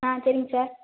ஆ சரிங்க சார்